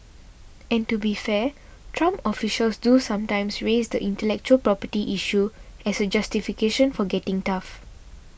and to be fair Trump officials do sometimes raise the intellectual property issue as a justification for getting tough